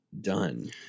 done